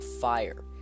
fire